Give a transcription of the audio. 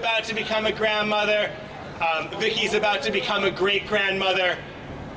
about to become a grandmother big he's about to become a great grandmother